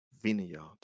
vineyard